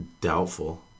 Doubtful